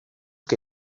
que